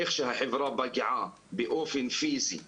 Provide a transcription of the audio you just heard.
איך שהחברה פגעה באופן פיזי בתושבים,